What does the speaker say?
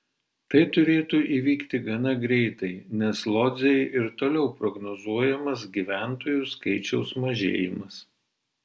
tai turėtų įvykti gana greitai nes lodzei ir toliau prognozuojamas gyventojų skaičiaus mažėjimas